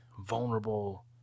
vulnerable